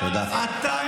מצפן,